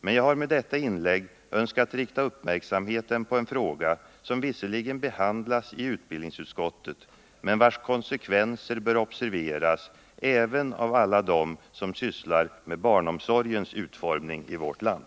Men jag har med detta inlägg önskat rikta uppmärksamheten på en fråga, som visserligen behandlas av utbildningsutskottet men vars konsekvenser bör observeras även av alla dem som sysslar med barnomsorgens utformning i vårt land.